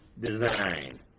design